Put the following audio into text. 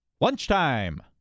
lunchtime